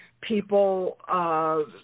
people –